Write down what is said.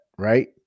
Right